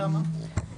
כמה?